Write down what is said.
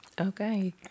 Okay